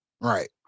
Right